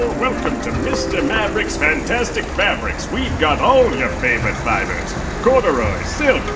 welcome to mr. maverick's fantastic fabrics. we've got all your favorite fibers corduroy, silk,